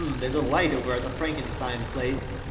there's a light over at the frankenstein place.